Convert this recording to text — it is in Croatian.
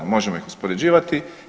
Možemo ih uspoređivati.